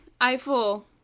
Eiffel